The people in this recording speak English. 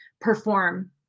perform